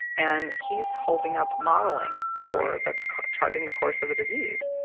and he's holding up modeling for the car, charting the course of the disease.